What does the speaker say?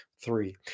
three